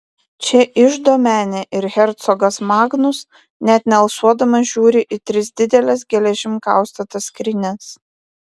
čia iždo menė ir hercogas magnus net nealsuodamas žiūri į tris dideles geležim kaustytas skrynias